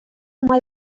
май